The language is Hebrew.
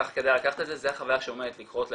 כך כדאי לקחת את זה, זו החוויה שעומדת לקרות לך"